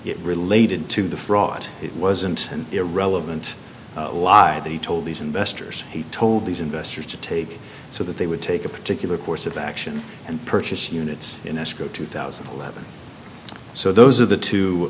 it related to the fraud it wasn't and irrelevant a law that he told these investors he told these investors to take so that they would take a particular course of action and purchase units in escrow two thousand and eleven so those are the two